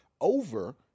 over